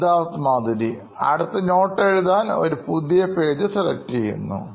Siddharth Maturi CEO Knoin Electronics അടുത്ത note എഴുതാൻ ഒരു പുതിയ പേജ് സെലക്ട് ചെയ്യുന്നു